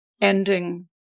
ending